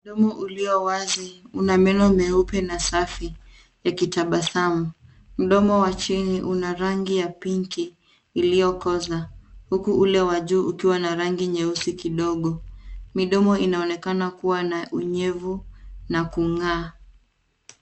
Mdomo uliowazi una meno meupe na safi yakitabasamu. Mdomo wa chini una rangi ya pinki iliyokoza huku ule wa juu ukiwa na rangi nyeusi kidogo. Midomo inaonekana kuwa na unyevu na kung'aa.